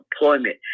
employment